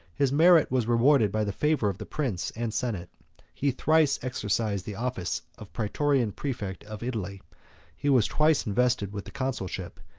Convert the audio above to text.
his merit was rewarded by the favor of the prince and senate he thrice exercised the office of praetorian praefect of italy he was twice invested with the consulship,